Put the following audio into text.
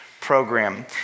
Program